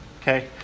Okay